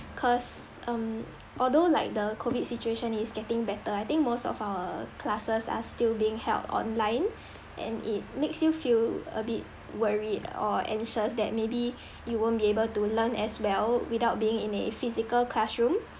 cause um although like the COVID situation is getting better I think most of our classes are still being held online and it makes you feel a bit worried or anxious that maybe you won't be able to learn as well without being in a physical classroom